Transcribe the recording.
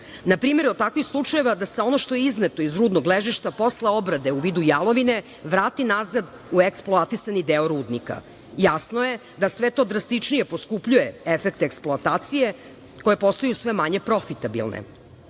Na primer, ima takvih slučajeva da se ono što je izneto iz rudnog ležišta posle obrade u vidu jalovine vrati nazad u eksploatisani deo rudnika. Jasno je da sve to drastičnije poskupljuje efekte eksploatacije, koje postaju sve manje profitabilne. Problemi